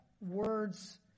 words